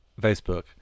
Facebook